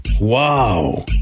Wow